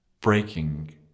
breaking